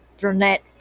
brunette